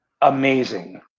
amazing